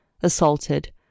assaulted